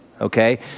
okay